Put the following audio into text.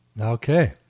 Okay